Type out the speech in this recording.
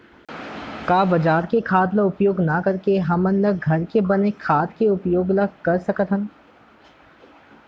का बजार के खाद ला उपयोग न करके हमन ल घर के बने खाद के उपयोग ल कर सकथन?